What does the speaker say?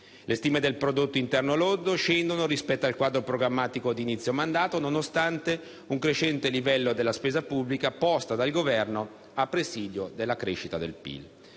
Le stime del prodotto interno lordo scendono rispetto al quadro programmatico d'inizio mandato, nonostante un crescente livello della spesa pubblica posta dal Governo a presidio della crescita del PIL.